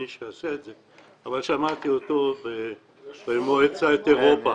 שיעשה את זה אבל שמעתי אותו במועצת אירופה.